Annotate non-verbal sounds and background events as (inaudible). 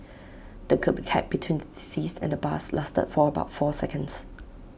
the (unintelligible) between the deceased and the bus lasted for about four seconds